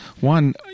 One